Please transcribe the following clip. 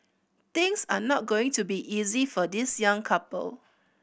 things are not going to be easy for this young couple